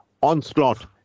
onslaught